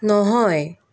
নহয়